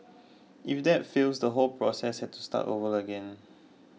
if that fails the whole process had to start over again